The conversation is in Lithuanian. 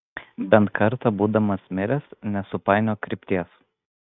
bent kartą būdamas miręs nesupainiok krypties